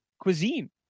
cuisine